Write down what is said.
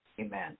amen